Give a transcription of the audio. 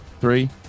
three